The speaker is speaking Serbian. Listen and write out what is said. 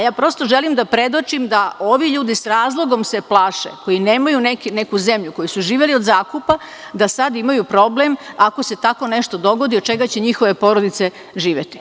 Ja prosto želim da predočim da se ovi ljudi s razlogom plaše, koji nemaju neku zemlju, koji su živeli od zakupa, da sada imaju problem, ako se tako nešto dogodi, od čega će njihove porodice živeti.